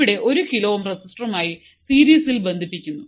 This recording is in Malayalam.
ഇവിടെ ഒരു കിലോ ഓം റെസിസ്റ്ററുമായി സീരീസിൽ ബന്ധിപ്പിക്കുന്നു